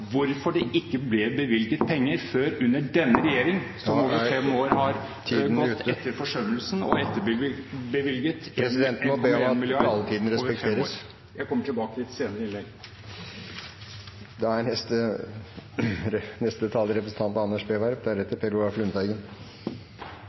hvorfor det ikke ble bevilget penger før under denne regjering som over fem år har gått etter forsømmelsen og etterbevilget 1,1 mrd. kr over fem år. Jeg kommer tilbake i et senere innlegg. Presidenten må be om at taletiden respekteres. Denne saken dreier seg om tilstanden i 2015. Revisjonen er